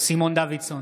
סימון דוידסון,